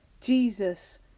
Jesus